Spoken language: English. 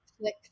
click